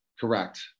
Correct